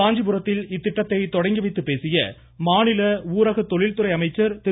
காஞ்சிபுரம் இத்திட்டத்தை தொடங்கி வைத்துப் பேசிய மாநில ஊரக தொழில்துறை அமைச்சர் திரு